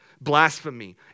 blasphemy